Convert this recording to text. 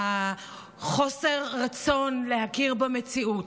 חוסר הרצון להכיר במציאות,